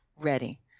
ready